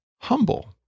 humble